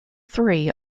three